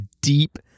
deep